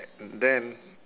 and then